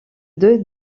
deux